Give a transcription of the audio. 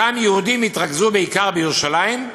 אותם יהודים, התרכזו בעיקר בירושלים,